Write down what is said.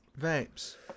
Vapes